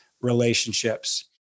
relationships